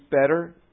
better